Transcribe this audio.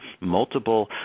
multiple